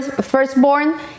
firstborn